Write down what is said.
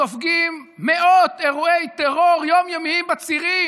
סופגים מאות אירועי טרור יום-יומיים בצירים,